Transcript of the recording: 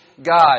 God